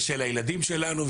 של הילדים שלנו,